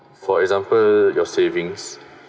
for example your savings